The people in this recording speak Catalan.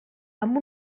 amb